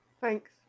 Thanks